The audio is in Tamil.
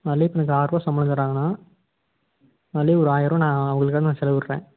அதுலையே இப்போ எனக்கு ஆறுபா சம்பளம் தரங்கனா அதிலயும் ஒரு ஆயர்ரூவா நான் அவர்களுக்கு நான் செலவிடறேன்